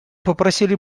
попросили